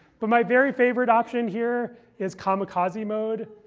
but my very favorite option here is kamikaze mode.